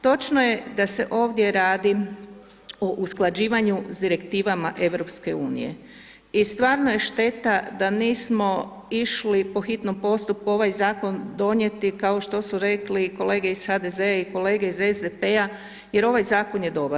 Točno je da se ovdje radi o usklađivanju s Direktivama EU i stvarno je šteta da nismo išli po hitnom postupku ovaj zakon donijeti, kao što su rekli kolege iz HDZ-a i kolege iz SDP-a jer ovaj zakon je dobar.